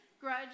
grudge